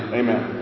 amen